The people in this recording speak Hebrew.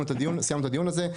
הדיון הזה.